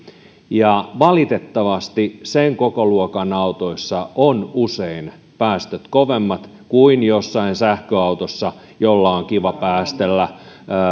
ja valitettavasti sen kokoluokan autoissa on usein päästöt kovemmat kuin jossain sähköautossa jolla on kiva päästellä